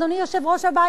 אדוני יושב-ראש הבית,